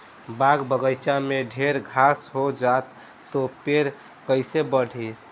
बाग बगइचा में ढेर घास हो जाता तो पेड़ कईसे बढ़ी